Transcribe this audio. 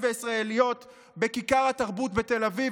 וישראליות בכיכר התרבות בתל אביב.